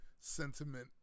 sentiment